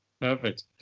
Perfect